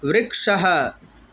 वृक्षः